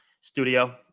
studio